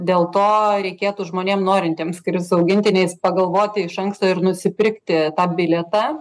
dėl to reikėtų žmonėm norintiem skrist su augintiniais pagalvoti iš anksto ir nusipirkti tą bilietą